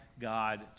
God